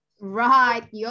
right